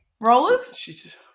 Rollers